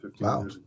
Wow